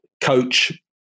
coach